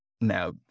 now